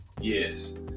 Yes